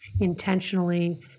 intentionally